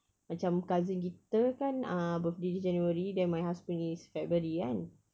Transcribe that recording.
macam cousin kita kan uh birthday dia january then my husband punya is february kan